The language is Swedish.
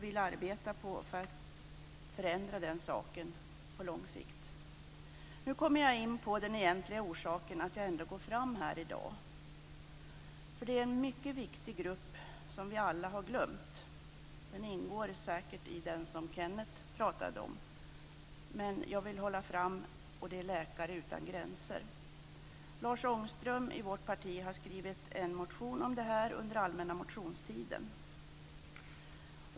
Vi arbetar för att förändra det på lång sikt. Nu kommer jag in på den egentliga orsaken till att jag ändå går upp i debatten här i dag. Det är en mycket viktig grupp som vi alla har glömt som jag vill framhålla - och som säkert ingår i den grupp som Kenneth Lantz talade om - och det är Läkare utan gränser. Lars Ångström i vårt parti har skrivit en motion om detta under den allmänna motionstiden.